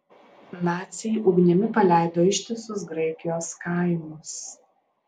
naciai ugnimi paleido ištisus graikijos kaimus